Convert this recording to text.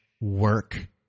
work